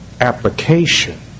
application